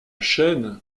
chaîne